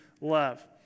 love